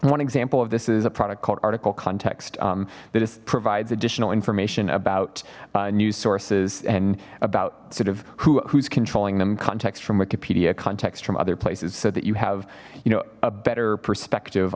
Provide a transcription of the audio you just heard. one example of this is a product called article context that it provides additional information about news sources and about sort of who's controlling them context from wikipedia context from other places so that you have you know a better perspective